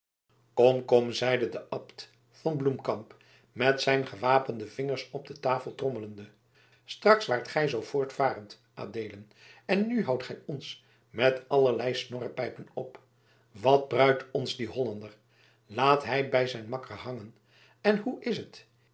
kom kom zeide de abt van bloemkamp met zijn gewapende vingers op de tafel trommelende straks waart gij zoo voortvarend adeelen en nu houdt gij ons met allerlei snorrepijpen op wat bruit ons die hollander laat hij bij zijn makker hangen en hoe is het